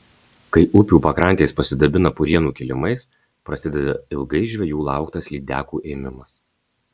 kai upių pakrantės pasidabina purienų kilimais prasideda ilgai žvejų lauktas lydekų ėmimas